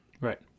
Right